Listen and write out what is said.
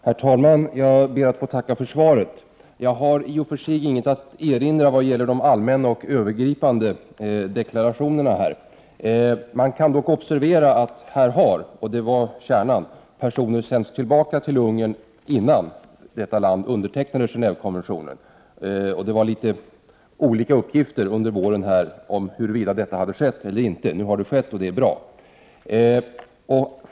Herr talman! Jag ber att få tacka för svaret. Jag har i och för sig inget att invända mot de allmänna och övergripande deklarationerna i detta. Man kan dock observera att personer har skickats tillbaka till Ungern — och det var kärnan i min frågeställning — innan detta land hade undertecknat Genevekonventionen. Det har förekommit litet olika uppgifter under våren om huruvida så hade skett eller inte. Nu har Ungern undertecknat konventionen, och det är bra.